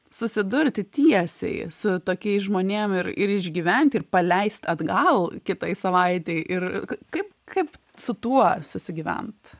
susidurti tiesiai su tokiais žmonėm ir ir išgyventi ir paleist atgal kitai savaitei ir kaip kaip su tuo susigyvent